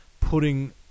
putting